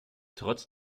trotz